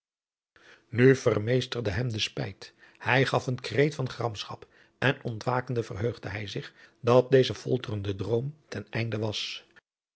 vermeesterde hem de spijt hij gaf een kreet van gramschap en ontwakende verheugde hij zich dat deze folterende droom ten einde was